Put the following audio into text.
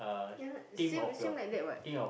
yeah same same like that what